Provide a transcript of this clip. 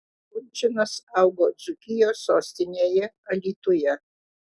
kunčinas augo dzūkijos sostinėje alytuje